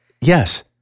Yes